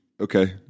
okay